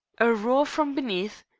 a roar from beneath,